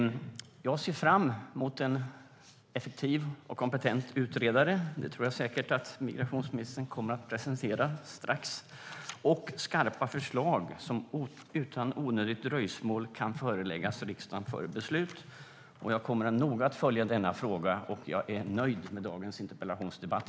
Jag ser fram emot en effektiv och kompetent utredare - det tror jag säkert att migrationsministern strax kommer att presentera - och skarpa förslag som utan onödigt dröjsmål kan föreläggas riksdagen för beslut. Jag kommer att noga följa denna fråga och är nöjd med dagens interpellationsdebatt.